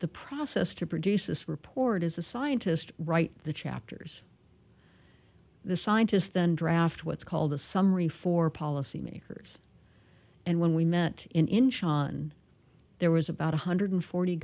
the process to produce this report as a scientist write the chapters the scientists then draft what's called the summary for policymakers and when we met in incheon there was about one hundred forty